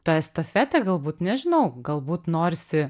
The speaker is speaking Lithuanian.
ta estafetė galbūt nežinau galbūt norisi